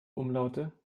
umlaute